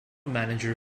manager